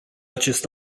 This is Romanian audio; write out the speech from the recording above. acest